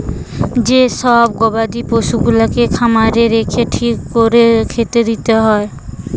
যে সব গবাদি পশুগুলাকে খামারে রেখে ঠিক কোরে খেতে দিতে হয়